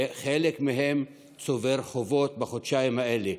וחלק מהם צוברים חובות בחודשיים האלה.